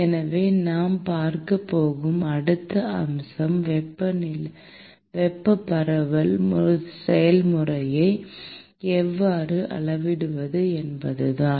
எனவே நாம் பார்க்கப் போகும் அடுத்த அம்சம் வெப்பப் பரவல் செயல்முறையை எவ்வாறு அளவிடுவது என்பதுதான்